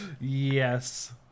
Yes